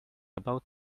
about